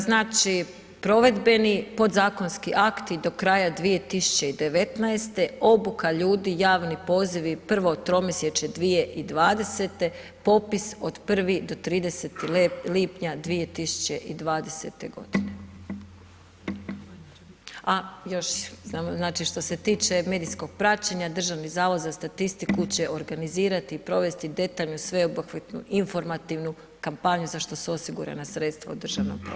Znači provedbeni podzakonski akti do kraja 2019., obuka ljudi, javni pozivi prvo tromjesečje 2020., popis od 1. do 30. lipnja 2020. g. A još što se tiče medijskog praćenja, Državni zavod za statistiku će organizirati i provesti detaljnu sveobuhvatnu informativnu kampanju za što su osigurana sredstva u državnom proračunu.